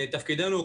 תפקידנו הוא,